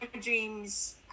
dreams